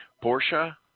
Portia